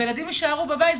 והילדים יישארו בבית.